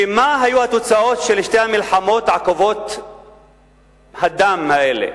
ומה היו התוצאות של שתי המלחמות העקובות מדם האלה?